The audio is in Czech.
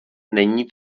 není